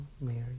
Mary